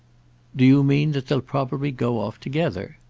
do you mean that they'll probably go off together?